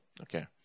okay